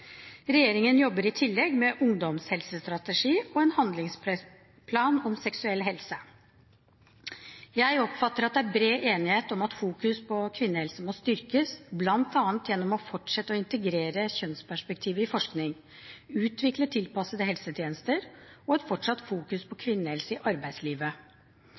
Regjeringen jobber i tillegg med en ungdomshelsestrategi og en handlingsplan om seksuell helse. Jeg oppfatter at det er bred enighet om at fokuseringen på kvinnehelse må styrkes, bl.a. gjennom å fortsette å integrere kjønnsperspektivet i forskning, utvikle tilpassede helsetjenester og et fortsatt fokus på kvinnehelse i arbeidslivet.